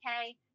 okay